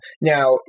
Now